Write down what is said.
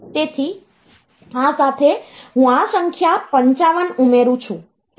તેથી આ સાથે હું આ સંખ્યા 55 ઉમેરું છું